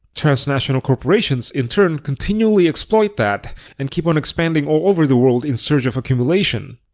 transnational corporations, in turn, continually exploit that and keep on expanding all over the world in search of accumulation.